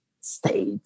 Stage